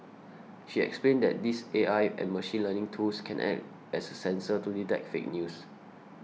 she explained that these A I and machine learning tools can act as a sensor to detect fake news